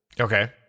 Okay